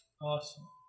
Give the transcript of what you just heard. Awesome